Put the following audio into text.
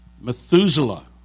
Methuselah